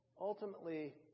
Ultimately